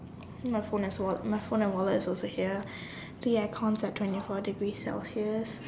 my phone is wal my phone and wallet is also here the aircon is at twenty six degree celsius